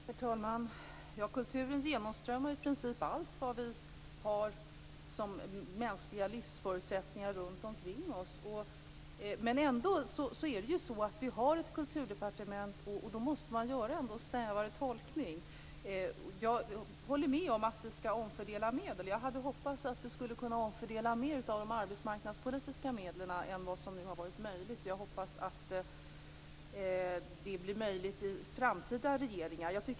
Herr talman! Kulturen genomströmmar i princip allt vi har som mänskliga livsförutsättningar runt omkring oss. Men vi har ändå ett kulturdepartement, och då måste man göra en snävare tolkning. Jag håller med om att vi skall omfördela medel. Jag hade hoppats att vi skulle kunna omfördela mer av de arbetsmarknadspolitiska medlen än vad som nu varit möjligt. Jag hoppas att det blir möjligt med framtida regeringar.